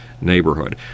neighborhood